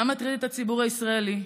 מה מטריד את הציבור הישראלי,